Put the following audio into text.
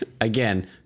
Again